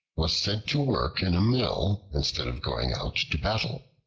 was sent to work in a mill instead of going out to battle.